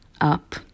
up